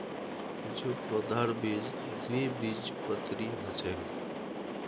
कुछू पौधार बीज द्विबीजपत्री ह छेक